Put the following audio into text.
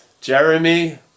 Jeremy